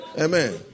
Amen